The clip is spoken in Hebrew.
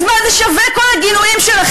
אז מה זה שווה, כל הגינויים שלכם?